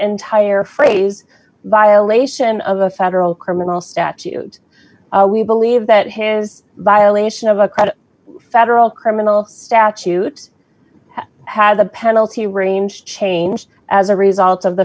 entire phrase violation of a federal criminal statute we believe that his violation of a credit federal criminal statute has a penalty range change as a result of